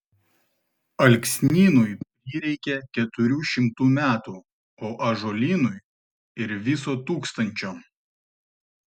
alksnynui prireikia keturių šimtų metų o ąžuolynui ir viso tūkstančio